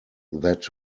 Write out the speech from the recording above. that